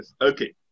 okay